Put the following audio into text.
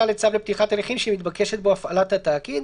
לצו לפתיחת הליכים שמתבקשת בו הפעלת התאגיד,